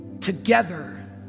together